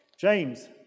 James